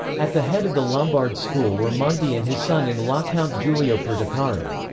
at the head of the lombard school were monti and his son-in-law count giulio perticari.